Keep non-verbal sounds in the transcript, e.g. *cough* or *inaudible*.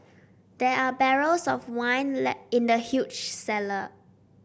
there are barrels of wine *unintelligible* in the huge cellar